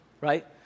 right